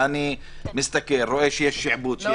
להסתכל ולראות שיש שעבוד.